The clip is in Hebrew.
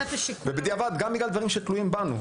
ובדיעבד גם בגלל דברים שתלויים בנו,